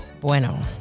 bueno